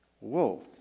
Whoa